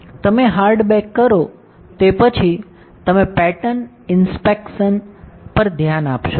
તમે hard bake કરો તે પછી તમે પેટર્ન ઇન્સ્પેક્શન પર ધ્યાન આપશો